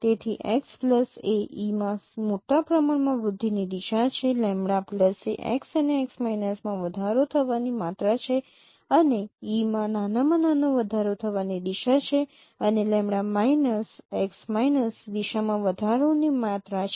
તેથી x એ E માં મોટા પ્રમાણમાં વૃદ્ધિની દિશા છે એ x અને x માં વધારો થવાની માત્રા છે અને E માં નાનામાં વધારો થવાની દિશા છે અને x દિશામાં વધારોની માત્રા છે